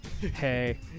Hey